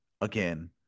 Again